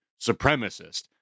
supremacist